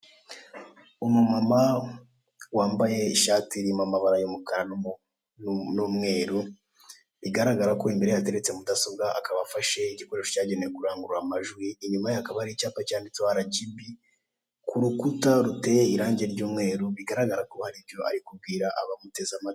Umumama wambaye ishati irimo amabara y'umukara n'umweru, bigaragara ko imbere ye hateretse mudasobwa. Akaba afashe igikoresho cyagenewe kurangurura amajwi, inyuma ye hakaba hari icyapa cyanditseho arajibi ku rukuta ruteye irange ry'umweru, bigaragara ko hari icyo ari kubwira abamuteze amatwi.